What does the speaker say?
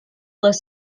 flows